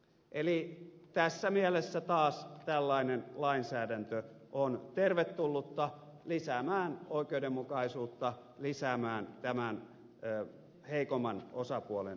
eli tässä mielessä taas tällainen lainsäädäntö on tervetullutta lisäämään oikeudenmukaisuutta lisäämään tämän heikomman osapuolen suojaa